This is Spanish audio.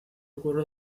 ocurre